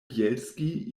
bjelski